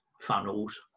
funnels